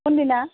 কোন দিনা